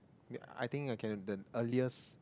I think I can the earliest